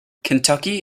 kentucky